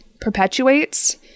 perpetuates